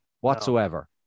whatsoever